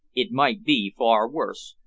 it might be far worse,